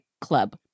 club